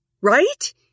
Right